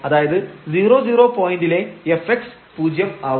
അതായത് 00 പോയന്റിലെ fx പൂജ്യം ആവും